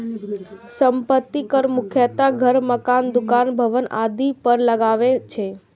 संपत्ति कर मुख्यतः घर, मकान, दुकान, भवन आदि पर लागै छै